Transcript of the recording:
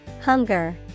Hunger